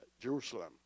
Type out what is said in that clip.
Jerusalem